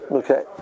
okay